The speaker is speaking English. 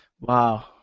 Wow